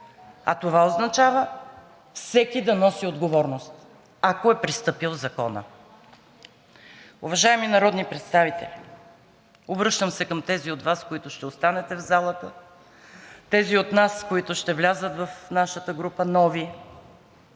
а това означава всеки да носи отговорност, ако е престъпил закона. Уважаеми народни представители, обръщам се към тези от Вас, които ще останете в залата, и новите, които ще влязат в нашата група: